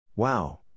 Wow